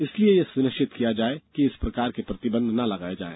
इसलिए यह सुनिष्चित किया जाये कि इस प्रकार के प्रतिबंध न लगाये जायें